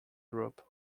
group